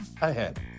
ahead